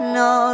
no